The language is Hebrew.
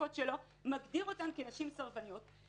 הסטטיסטיקות שלו מגדיר אותן כנשים סרבניות.